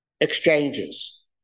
exchanges